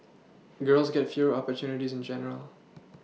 girls get fewer opportunities in general